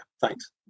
thanks